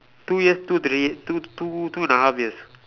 two years two three two two two and a half years